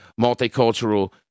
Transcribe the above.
multicultural